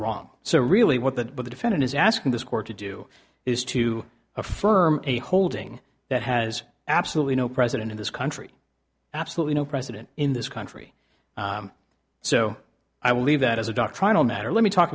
wrong so really what that the defendant is asking this court to do is to affirm a holding that has absolutely no president in this country absolutely no precedent in this country so i will leave that as a doctrinal matter let me talk